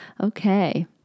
Okay